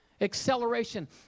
Acceleration